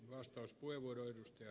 arvoisa puhemies